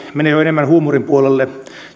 menee jo enemmän huumorin puolelle